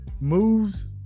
moves